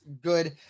good